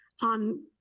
on